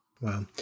Wow